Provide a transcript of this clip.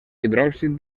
hidròxid